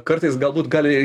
kartais galbūt gali